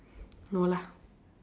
no lah